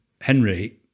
Henry